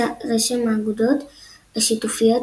רשם האגודות השיתופיות,